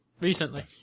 Recently